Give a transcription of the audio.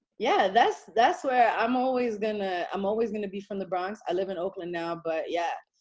yeah, that's that's where i'm always gonna i'm always going to be from the bronx. i live in oakland now, but, yeah.